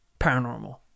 paranormal